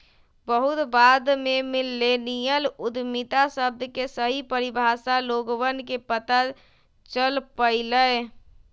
बहुत बाद में मिल्लेनियल उद्यमिता शब्द के सही परिभाषा लोगवन के पता चल पईलय